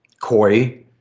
koi